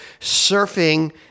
surfing